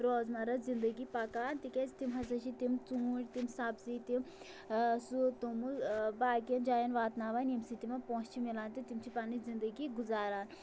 روزمراہ زنٛدگی پکان تِکیٛازِ تِم ہسا چھِ تِم ژوٗنٛٹھۍ تِم سبٕزی تِم سُہ توٚمُل باقیَن جایَن واتناوان ییٚمہِ سۭتۍ تِمن پونٛسہٕ چھِ مِلان تہٕ تِم چھِ پنٕنۍ زندگی گُزاران